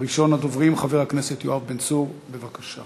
הצעות מס' 4154, 4166, 4179 ו-4180.